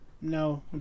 No